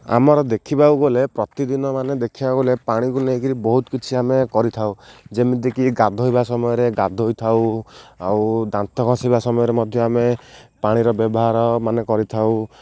ଆମର ଦେଖିବାକୁ ଗଲେ ପ୍ରତିଦିନ ମାନେ ଦେଖିବାକୁ ଗଲେ ପାଣିକୁ ନେଇକିରି ବହୁତ କିଛି ଆମେ କରିଥାଉ ଯେମିତିକି ଗାଧୋଇବା ସମୟରେ ଗାଧୋଇ ଥାଉ ଆଉ ଦାନ୍ତ ଘଷିବା ସମୟରେ ମଧ୍ୟ ଆମେ ପାଣିର ବ୍ୟବହାର ମାନେ କରିଥାଉ